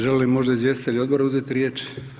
Žele li možda izvjestitelji odbora uzeti riječ?